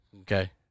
okay